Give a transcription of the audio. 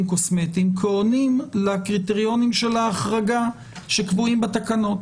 קוסמטיים כעונים לקריטריונים של ההחרגה שקבועים בתקנות.